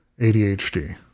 ADHD